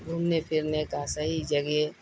گھومنے پھرنے کا صحیح جگہ